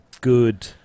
good